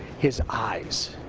his eyes.